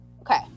Okay